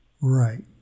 Right